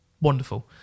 wonderful